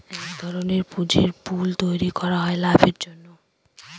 এক ধরনের পুঁজির পুল তৈরী করা হয় লাভের জন্য